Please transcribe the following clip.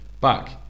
back